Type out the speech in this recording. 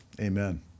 Amen